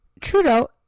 Trudeau